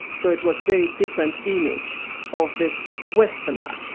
so it was very different image of this westerner.